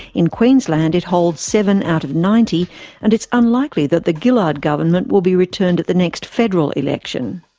in queensland it holds seven out of ninety and it's unlikely that the gillard government will be returned at the next federal election.